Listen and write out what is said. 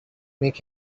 make